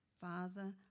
Father